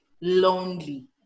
lonely